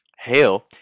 hail